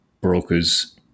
brokers